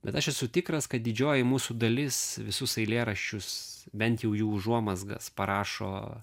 bet aš esu tikras kad didžioji mūsų dalis visus eilėraščius bent jau jų užuomazgas parašo